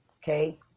Okay